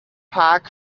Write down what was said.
park